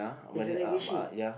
is a like a ship